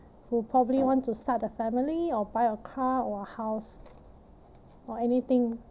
who probably want to start a family or buy a car or a house or anything